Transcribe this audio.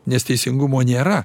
nes teisingumo nėra